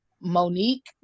Monique